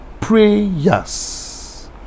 Prayers